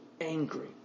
angry